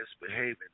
misbehaving